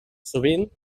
sovint